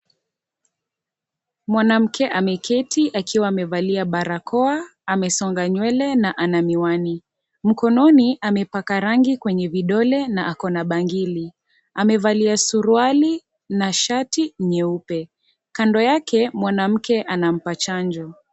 Mwanamke ameketi akiwa amevalia barakoa, amesonga nywele na ana miwani. Mikononi amepaka rangi kwenye vidole na ako na bangili. Amevalia suruali na shati nyeupe. Kando yake mwanamke anampa chanjo.